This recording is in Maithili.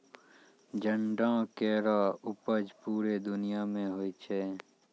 जंडो केरो उपज पूरे दुनिया म होय छै